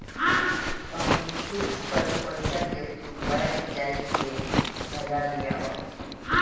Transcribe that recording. अपनी फिक्स कईल पईसा के तू बैंक जाई के भजा लियावअ